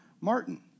Martin